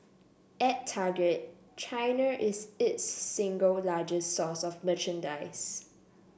at Target China is its single largest source of merchandise